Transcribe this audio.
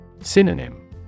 Synonym